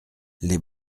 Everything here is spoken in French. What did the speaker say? les